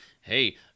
hey